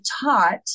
taught